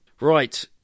Right